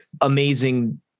amazing